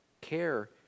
Care